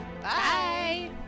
Bye